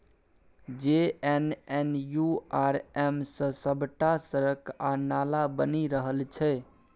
JNNURM सँ सभटा सड़क आ नाला बनि रहल छै